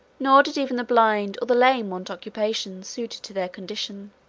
nor did even the blind or the lame want occupations suited to their condition.